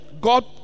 God